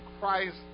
Christ